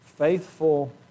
Faithful